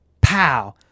pow